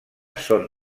són